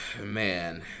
Man